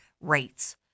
rates